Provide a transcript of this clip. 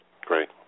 Great